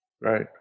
Right